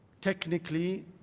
technically